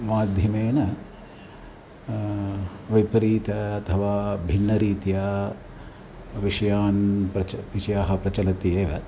माध्यमेन विपरीत अथवा भिन्नरीत्या विषयान् प्रच विषयाः प्रचलन्ति एव